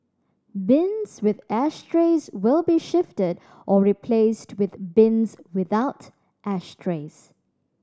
bins with ashtrays will be shifted or replaced with bins without ashtrays